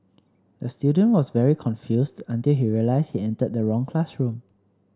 the student was very confused until he realised he entered the wrong classroom